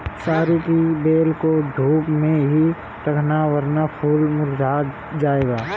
सरू की बेल को धूप में ही रखना वरना फूल मुरझा जाएगी